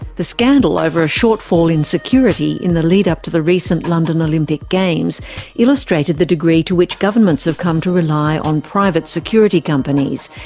the scandal over a shortfall in security in the lead-up to the recent london olympic games illustrated the degree to which governments have come to rely on private security companies,